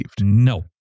No